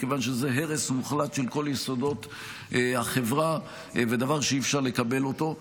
מכיוון שזה הרס מוחלט של כל יסודות החברה ודבר שאי-אפשר לקבל אותו.